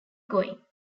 going